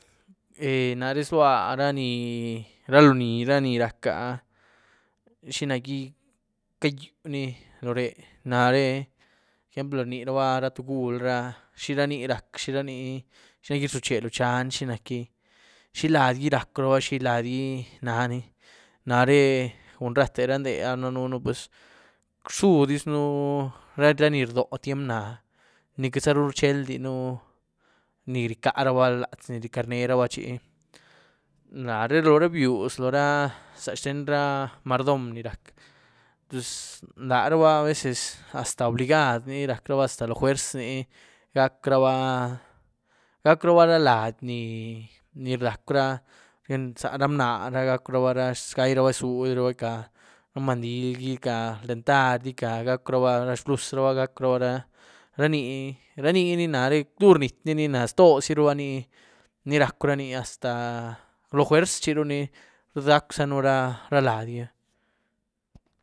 Naré zlua raní, ra loní ni rac´ áh xinac´gí cayúni loóre, nare por ejemplo rniraba tugúl ra xirani rac´, xiraní, xinagi rzuché loóh chan xinac´gí, xí ladygí racw´raba, xí ladygí nani. Nare cun rate ra ndé danënú rzúdizën ra ni rdóo tyiem náh, ni queityzaru rchieldiën ni ricaraba latz, ni ricarneraba, nare loóhra byiuz loóhra xten ra mardom ni rac´pus laruba a veces hasta obligad ní rac´raba, hasta lo juerz ní gac´raba, gac´raba ra lady ni-ni racwra zara mna gac´ruba, gairaba zudyraba, ica ra mandil, ica dentary, gac´ruba ra blus, gac´ruba ra ní, ra niní nare dur rnyiet´nina nare, ztózi ruba ni racw´rani hasta lo juerz chiruni rdacwzanú ra lady gí.